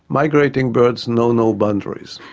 migrating birds know no boundaries,